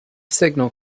signal